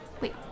Wait